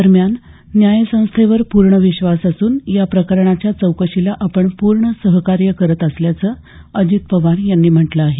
दरम्यान न्यायसंस्थेवर पूर्ण विश्वास असून या प्रकरणाच्या चौकशीला आपण पूर्ण सहकार्य करत असल्याचं अजित पवार यांनी म्हटलं आहे